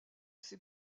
ses